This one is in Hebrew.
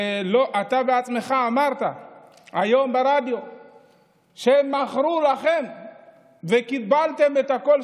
אתה בעצמך אמרת היום ברדיו שמכרו לכם וקיבלתם את הכול,